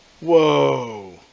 Whoa